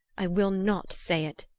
i will not say it,